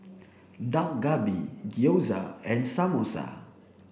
Dak Galbi Gyoza and Samosa